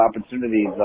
opportunities